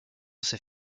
s’est